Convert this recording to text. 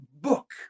book